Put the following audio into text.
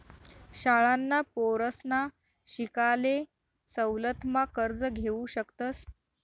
शाळांना पोरसना शिकाले सवलत मा कर्ज घेवू शकतस